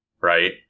Right